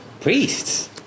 priests